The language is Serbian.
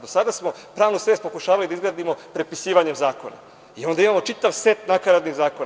Do sada smo pravnu svest pokušavali da izgradimo prepisivanjem zakona i onda imamo čitav set nakaradnih zakona.